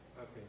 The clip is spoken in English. okay